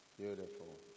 Beautiful